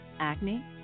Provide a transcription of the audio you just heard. acne